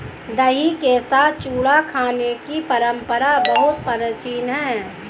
दही के साथ चूड़ा खाने की परंपरा बहुत प्राचीन है